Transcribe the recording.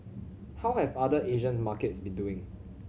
how have other Asian's markets been doing